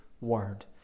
word